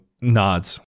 nods